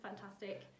fantastic